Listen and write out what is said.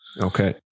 Okay